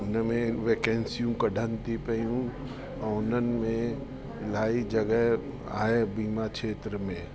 हुन में वैकंसियूं कढण थी पियूं ऐं उन्हनि में इलाही जॻह आहे बीमा खेत्र में